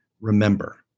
remember